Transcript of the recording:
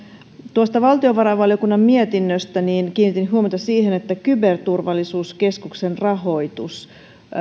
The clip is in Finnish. tuosta valtiovarainvaliokunnan mietinnöstä kiinnitin huomiota siihen että kyberturvallisuuskeskuksen rahoitus